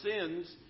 sins